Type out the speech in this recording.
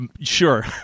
Sure